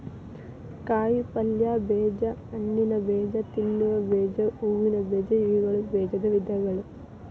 ಕಾಯಿಪಲ್ಯ ಬೇಜ, ಹಣ್ಣಿನಬೇಜ, ತಿನ್ನುವ ಬೇಜ, ಹೂವಿನ ಬೇಜ ಇವುಗಳು ಬೇಜದ ವಿಧಗಳು